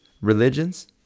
religions